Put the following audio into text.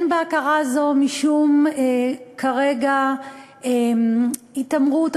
אין בהכרה הזאת כרגע משום התעמרות או